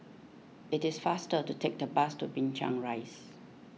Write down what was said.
it is faster to take the bus to Binchang Rise